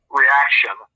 reaction